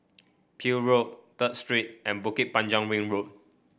Peel Road Third Street and Bukit Panjang Ring Road